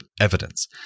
evidence